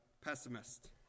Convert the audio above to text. pessimist